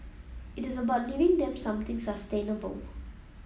it is about leaving them something sustainable